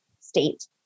state